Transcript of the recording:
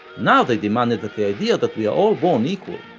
now they demanded that the idea that we are all born equal,